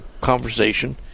conversation